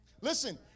Listen